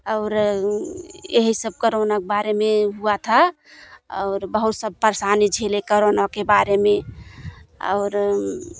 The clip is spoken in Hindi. और यही सब कोरोना के बारे में हुआ था और बहुत सब परेशानी झेले कोरोना के बारे में और